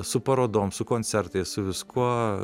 su parodom su koncertais su viskuo